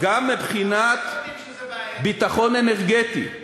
ביטחון אנרגטי.